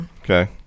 Okay